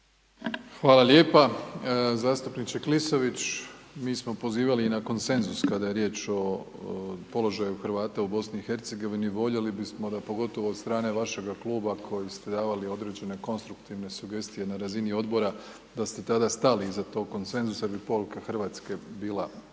Hvala lijepa zastupniče Klisović. Mi smo pozivali i na konsenzus kada je riječ o položaju Hrvata u Bosni i Hercegovini, voljeli bismo da pogotovo od strane vašega Kluba koji ste davali određene konstruktivne sugestije na razini Odbora, da ste tada stali iza tog konsenzusa, bi poruka Hrvatske bila